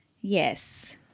Yes